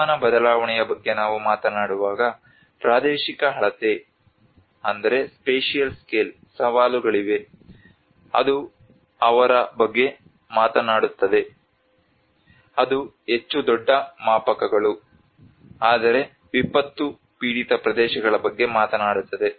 ಹವಾಮಾನ ಬದಲಾವಣೆಯ ಬಗ್ಗೆ ನಾವು ಮಾತನಾಡುವಾಗ ಪ್ರಾದೇಶಿಕ ಅಳತೆ ಸವಾಲುಗಳಿವೆ ಅದು ಅದರ ಬಗ್ಗೆ ಮಾತನಾಡುತ್ತದೆ ಅದು ಹೆಚ್ಚು ದೊಡ್ಡ ಮಾಪಕಗಳು ಆದರೆ ವಿಪತ್ತು ಪೀಡಿತ ಪ್ರದೇಶಗಳ ಬಗ್ಗೆ ಮಾತನಾಡುತ್ತದೆ